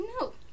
No